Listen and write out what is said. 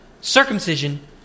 circumcision